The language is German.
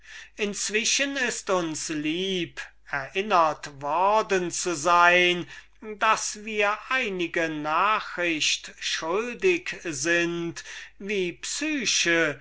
inzwischen ist uns lieb erinnert worden zu sein daß wir ihnen einige nachricht schuldig sind wie psyche